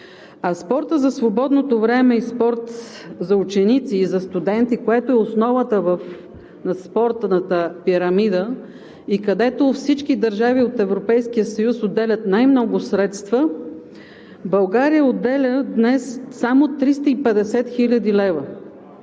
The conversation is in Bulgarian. Спортът за свободното време и спорт за ученици и за студенти, което е основата на спортната пирамида и където всички държави от Европейския съюз отделят най-много средства, България отделя днес само 350 хил. лв.